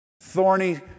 Thorny